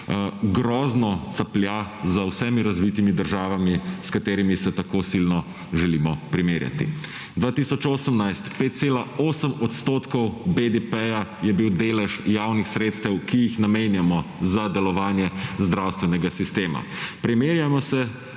grozno caplja za vsemi razvitimi državami, s katerimi se tako silno želimo primerjati. 2018, 5,8 % BDP-ja je bil delež javnih sredstev, ki jih namenjamo za delovanje zdravstvenega sistema. Primerjamo se